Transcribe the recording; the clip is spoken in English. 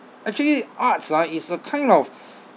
actually arts ah is a kind of